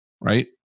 right